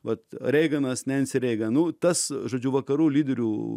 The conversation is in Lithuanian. vat reiganas nensi reigan nu tas žodžiu vakarų lyderių